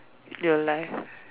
in your life